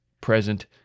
present